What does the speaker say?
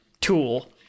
tool